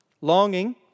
Longing